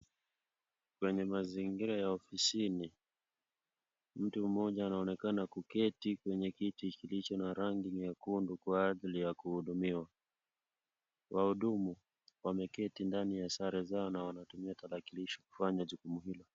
Kwenye mazingira ya ofisini, mtu mmoja anaonekana kuketi kilicho na rangi nyekundu. Kwa ajili ya kuhudumiwa. Wahudumu wameketi ndani ya sare zao na wanatumia tarakilishi kufanya jukumu hilo.